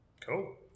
cool